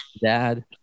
dad